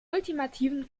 ultimativen